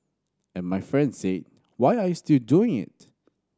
and my friend said why are you still doing it